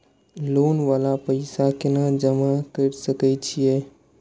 Loan वाला पैसा केना जमा कर सके छीये?